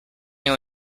when